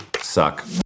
Suck